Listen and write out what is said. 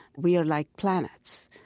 we are like planets.